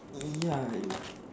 ya it